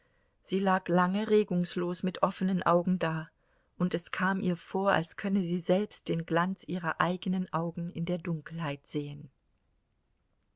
sie lag lange regungslos mit offenen augen da und es kam ihr vor als könne sie selbst den glanz ihrer eigenen augen in der dunkelheit sehen